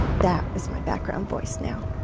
that is my background voice now.